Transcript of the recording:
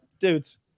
dudes